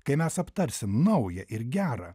kai mes aptarsim naują ir gerą